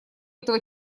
этого